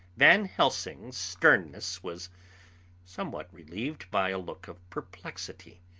van helsing's sternness was somewhat relieved by a look of perplexity.